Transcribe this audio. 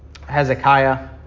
hezekiah